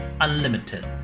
unlimited